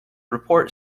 report